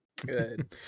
good